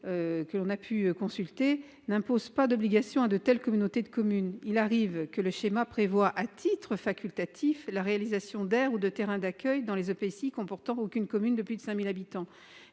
que l'on a pu consulter n'imposent pas d'obligations à de telles communautés de communes. Il arrive que le schéma prévoie, à titre facultatif, la réalisation d'aires ou de terrains d'accueil dans les EPCI ne comportant aucune commune de plus de 5 000 habitants,